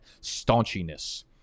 staunchiness